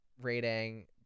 rating